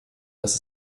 dass